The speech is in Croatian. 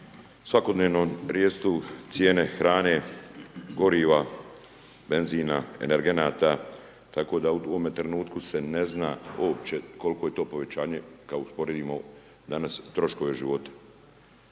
svakodnevno rastu cijene hrane, goriva, benzina, energenata, tako da u ovome trenutku se ne zna uopće koliko je to povećanje kad usporedimo danas troškove života.